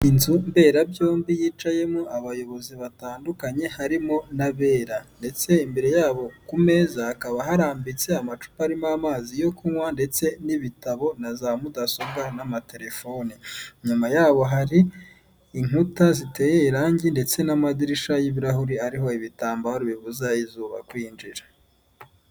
Inzu mberabyombi yicayemo abayobozi batandukanye harimo n'abera ndetse imbere yabo ku meza hakaba harambitse amacupa arimo amazi yo kunywa ndetse n'ibitabo naza mudasobwa n'amatelefone. Inyuma yaho hari inkuta ziteye irangi ndetse n'amadirisha y'ibirahuri ariho ibitambaro bibuza izuba kwinjira.